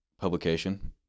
publication